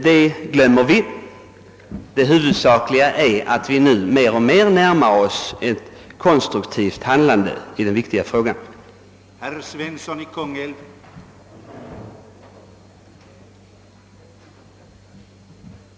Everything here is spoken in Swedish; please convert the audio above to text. Detta glömmer vi nu, ty huvudsaken är att vi mer och mer närmar oss ett konstruktivt handlande i denna viktiga fråga — men vi beklagar dock den fördröjning som herr Svensson och hans meningsfränder medverkat till.